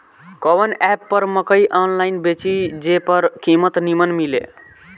कवन एप पर मकई आनलाइन बेची जे पर कीमत नीमन मिले?